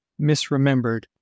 misremembered